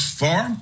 far